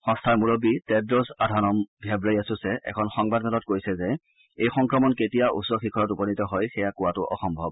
সংস্থাৰ মুৰববী Tedros Adhanom Ghebreyesus এখন সংবাদ মেলত কৈছে যে এই সংক্ৰমণ কেতিয়া উচ্চ শিখৰত উপনীত হয় সেয়া কোৱাটো অসম্ভৱ